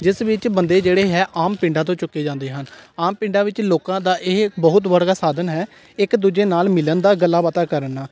ਜਿਸ ਵਿੱਚ ਬੰਦੇ ਜਿਹੜੇ ਹੈ ਆਮ ਪਿੰਡਾਂ ਤੋਂ ਚੁੱਕੇ ਜਾਂਦੇ ਹਨ ਆਮ ਪਿੰਡਾਂ ਵਿੱਚ ਲੋਕਾਂ ਦਾ ਇਹ ਬਹੁਤ ਵਰਗਾ ਸਾਧਨ ਹੈ ਇੱਕ ਦੂਜੇ ਨਾਲ ਮਿਲਣ ਦਾ ਗੱਲਾਂ ਬਾਤਾਂ ਕਰਨਾ